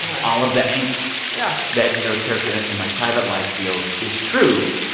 all of the angst yeah that your character and in, like, private life feels is true.